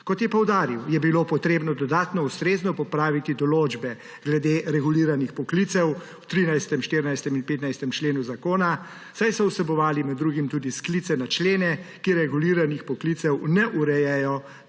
Kot je poudaril, je bilo treba dodatno ustrezno popraviti določbe glede reguliranih poklicev v 13., 14. in 15. členu zakona, saj so vsebovali med drugim tudi sklice na člene, ki reguliranih poklicev ne urejajo,